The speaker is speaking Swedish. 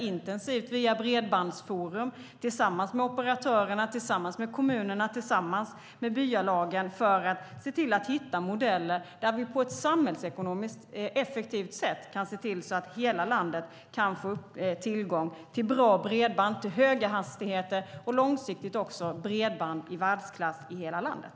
Vi arbetar via Bredbandsforum intensivt tillsammans med operatörerna, kommunerna och byalagen för att hitta modeller där vi på ett samhällsekonomiskt effektivt sätt kan se till att hela landet får tillgång till bra bredband till höga hastigheter och långsiktigt också får bredband i världsklass i hela landet.